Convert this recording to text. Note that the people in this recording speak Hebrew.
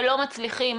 ולא מצליחים.